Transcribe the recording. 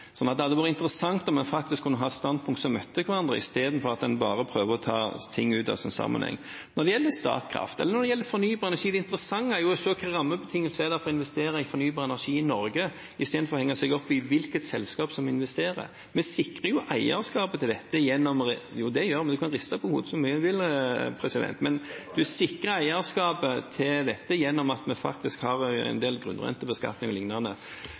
Det hadde vært interessant om vi faktisk kunne ha standpunkter som møtte hverandre, i stedet for at en bare prøver å ta ting ut av sin sammenheng. Når det gjelder Statkraft, eller når det gjelder fornybar energi, er det interessante å se hvilke rammebetingelser det er for å investere i fornybar energi i Norge, i stedet for å henge seg opp i hvilket selskap som investerer. Vi sikrer eierskapet til dette gjennom – jo, det gjør vi, du kan riste på hodet så mye du vil